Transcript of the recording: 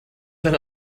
then